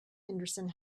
henderson